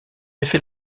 effet